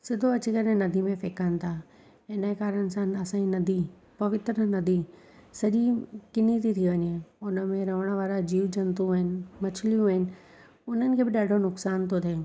सिधो अची करे नदी में फेकनि था इनजे कारण सां असांजी नदी पवित्र नदी सॼी किनी थी थी वञे उनमें रहण वारा जीव जंतू आहिनि मछलियूं आहिनि उन्हनि खे बि ॾाढो नुक़सान थो थिए